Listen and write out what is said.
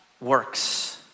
works